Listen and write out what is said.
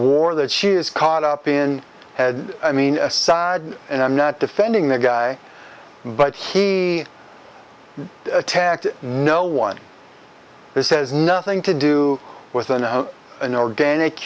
war that she is caught up in had i mean aside and i'm not defending the guy but he attacked no one this has nothing to do with than an organic